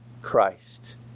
Christ